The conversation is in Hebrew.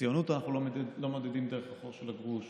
בציונות אנחנו לא מודדים את הערך דרך החור של הגרוש,